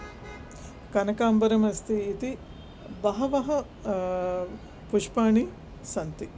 कनकाम्बरमस्ति इति बहवः पुष्पाणि सन्ति